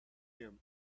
him